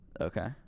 okay